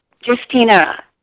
Justina